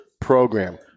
program